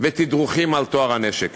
ותדרוכים על טוהר הנשק.